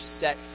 set